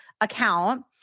account